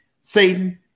Satan